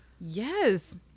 Yes